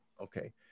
okay